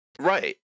Right